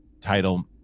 title